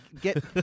get